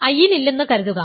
a I ലില്ലെന്ന് കരുതുക